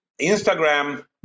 Instagram